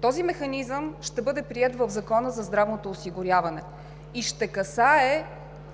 Този механизъм ще бъде приет в Закона за здравното осигуряване и ще касае